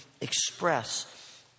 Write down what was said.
express